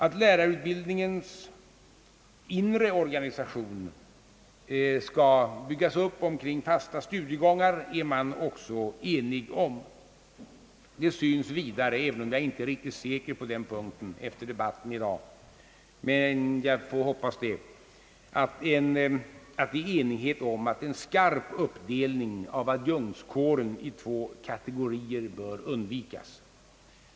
Att lärarutbildningens inre organisation skall byggas upp omkring fasta studiegångar är man också enig om. Det synes vidare även om jag inte är riktigt säker på den punkten efter debatten i dag, men jag hoppas det — råda enighet om att en skarp uppdelning av adjunktskåren i två kategorier bör undvikas.